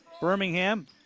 Birmingham